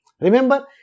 Remember